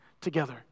together